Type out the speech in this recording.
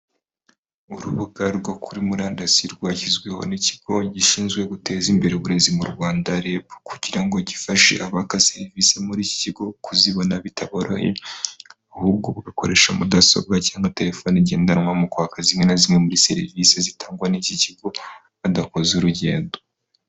Urubuga rwo kuri murandasi rwashyizweho n'ikigo gishinzwe guteza imbere uburezi mu Rwanda REB, kugira ngo gifashe abaka serivisi muri iki kigo kuzibona bitaboroheye, ahubwo bagakoresha mudasobwa cyangwa telefoni igendanwa, mu kwaka zimwe na zimwe muri serivisi zitangwa n'iki kigo, badakoze urugendo.